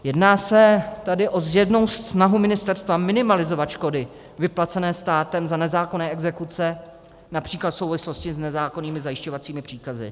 Jedná se tady o zjevnou snahu ministerstva minimalizovat škody vyplacené státem za nezákonné exekuce, například v souvislosti s nezákonnými zajišťovacími příkazy.